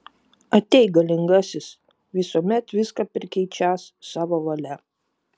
ateik galingasis visuomet viską perkeičiąs savo valia